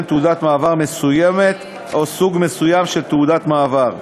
תעודת מעבר מסוימת או סוג מסוים של תעודת מעבר.